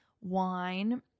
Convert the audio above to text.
wine